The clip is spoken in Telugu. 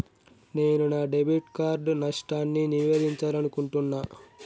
నేను నా డెబిట్ కార్డ్ నష్టాన్ని నివేదించాలనుకుంటున్నా